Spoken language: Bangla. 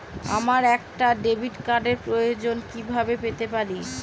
আমার একটা ডেবিট কার্ডের প্রয়োজন কিভাবে পেতে পারি?